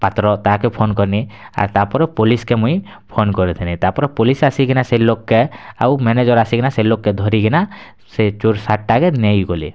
ପାତ୍ର ତାକେ ଫୋନ୍ କଲିଁ ଆର୍ ତା'ପରେ ପୋଲିସ୍କେ ମୁଁଇ ଫୋନ୍ କରିଥିଲି ତା'ପରେ ପୋଲିସ୍ ଆସି ତିନା ସେଇ ଲୋକ୍କେ ଆଉ ମ୍ୟାନେଜର୍ ଆସି କିନା ସେଇ ଲୋକ୍କେ ଧରି କିନା ସେ ଚୋର୍ ସାତ୍ଟା ଯାକେ ନେଇ ଗଲେ